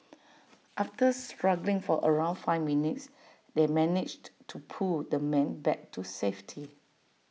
after struggling for around five minutes they managed to pull the man back to safety